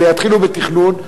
ויתחילו בתכנון,